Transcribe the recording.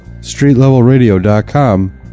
streetlevelradio.com